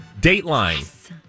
Dateline